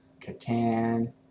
Catan